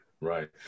Right